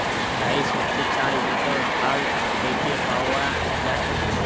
rice হছে চাল যেট ধাল থ্যাইকে পাউয়া যায়